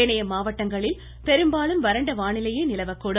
ஏனைய மாவட்டங்களில் பெரும்பாலும் வறண்ட வானிலையே நிலவக்கூடும்